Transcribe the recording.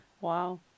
Wow